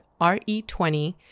RE20